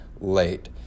late